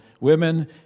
women